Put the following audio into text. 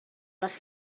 les